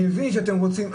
אני מבין שאתם רוצים,